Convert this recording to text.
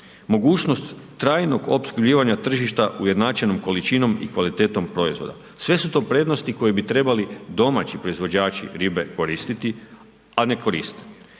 mogućnost trajnog opskrbljivanja tržišta ujednačenom količinom i kvalitetom proizvoda. Sve su to prednosti koje bi trebali domaći proizvođači ribe koristi a ne korist.